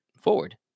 forward